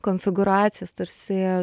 konfigūracijas tarsi